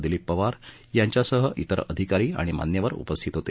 दिलीप पवार यांच्यासह अन्य अधिकारी आणि मान्यवर उपस्थित होते